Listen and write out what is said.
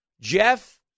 Jeff